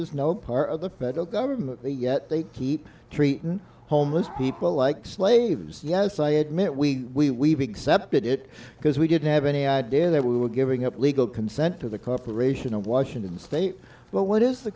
is no part of the federal government they yet they keep treating homeless people like slaves yes i admit we did it because we didn't have any idea that we were giving up legal consent to the corporation of washington state but what is the